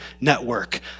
network